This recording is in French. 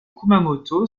kumamoto